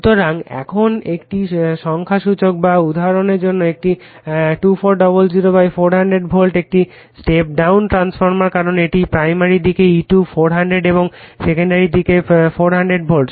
সুতরাং এখন এটি এই সংখ্যাসূচকের জন্য একটি 2400 400 ভোল্ট একটি স্টেপ ডাউন ট্রান্সফরমার কারণ এটি প্রাইমারি দিকে E2 400 এবং সেকেন্ডারি দিকে 400 ভোল্ট